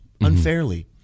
unfairly